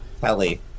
Kelly